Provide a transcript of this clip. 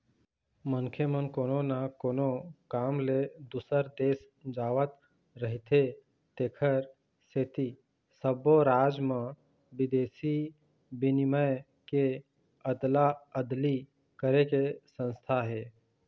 मनखे मन कोनो न कोनो काम ले दूसर देश जावत रहिथे तेखर सेती सब्बो राज म बिदेशी बिनिमय के अदला अदली करे के संस्था हे